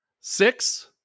six